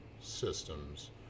systems